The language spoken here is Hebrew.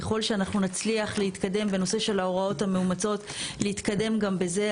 ככל שאנחנו נצליח להתקדם בנושא של ההוראות המאומצות להתקדם גם בזה,